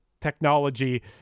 technology